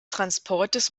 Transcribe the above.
transportes